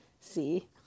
see